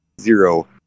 Zero